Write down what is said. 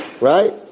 right